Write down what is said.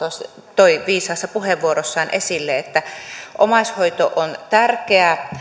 toi viisaassa puheenvuorossaan esille omaishoito on tärkeä